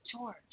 George